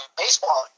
baseball